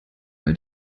bei